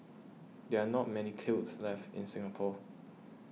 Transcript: there are not many kilns left in Singapore